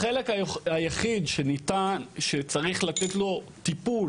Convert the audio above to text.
החלק היחיד שצריך לתת לו טיפול,